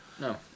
No